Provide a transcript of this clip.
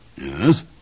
Yes